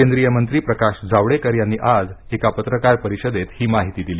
केंद्रीय मंत्री प्रकाश जावडेकर यांनी आज एका पत्रकार परिषदेत ही माहिती दिली